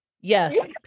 Yes